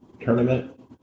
tournament